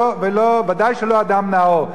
ודאי שלא אדם נאור.